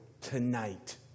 tonight